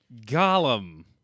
Gollum